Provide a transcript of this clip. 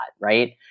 right